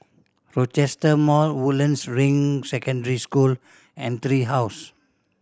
Rochester Mall Woodlands Ring Secondary School and Tree House